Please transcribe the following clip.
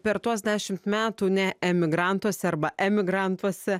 per tuos dešimt metų ne emigrantuose arba emigrantuose